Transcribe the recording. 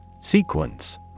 Sequence